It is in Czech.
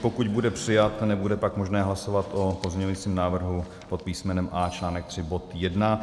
Pokud bude přijat, nebude pak možné hlasovat o pozměňovacím návrhu pod písmenem A článek 3 bod 1.